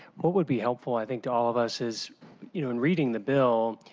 what would be helpful, i think to all of us, is you know in reading the bill,